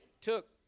took